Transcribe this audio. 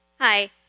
Hi